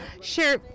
Sure